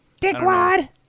Dickwad